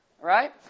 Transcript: right